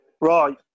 Right